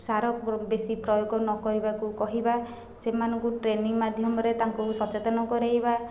ସାର ବେଶୀ ପ୍ରୟୋଗ ନ କରିବାକୁ କହିବା ସେମାନଙ୍କୁ ଟ୍ରେନିଂ ମାଧ୍ୟମରେ ତାଙ୍କୁ ବି ସଚେତନ କରେଇବା